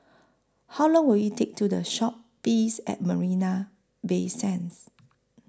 How Long Will IT Take to Walk to The Shoppes At Marina Bay Sands